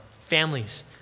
Families